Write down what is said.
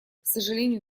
сожалению